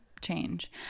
change